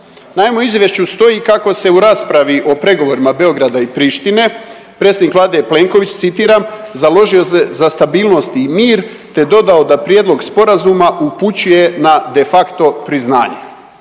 Naime, u Izvješću stoji kako se o raspravi o pregovorima Beograda i Prištine, predsjednik Vlade Plenković, citiram, založio se za stabilnost i mir te dodao da prijedlog sporazuma upućuje na de facto priznanje.